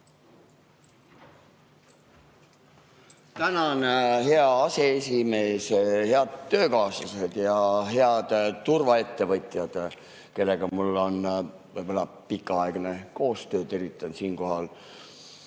Tänan, hea aseesimees! Head töökaaslased ja head turvaettevõtjad, kellega mul on võib-olla pikaaegne koostöö! Tervitan siinkohal